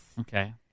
Okay